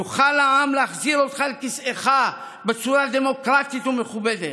יוכל העם להחזיר אותך לכיסאך בצורה דמוקרטית ומכובדת.